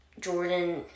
Jordan